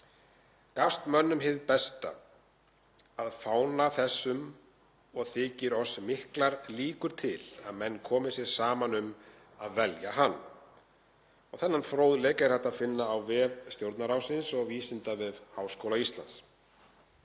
Gazt mönnum hið bezta að fána þessum, og þykja oss miklar líkur til, að menn komi sér saman um, að velja hann.“ — Þennan fróðleik er hægt að finna á vef Stjórnarráðsins og Vísindavef Háskóla Íslands.